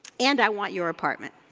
and i want your apartment.